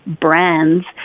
brands